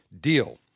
deal